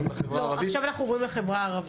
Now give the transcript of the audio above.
עכשיו אנחנו עוברים לחברה הערבית.